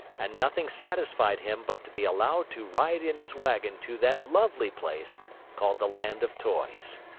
and nothing satisfied him but to be allowed to ride in his wagon to that lovely place called the land of toys.